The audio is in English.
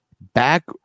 Back